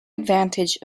advantage